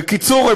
בקיצור,